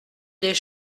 des